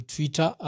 Twitter